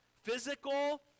physical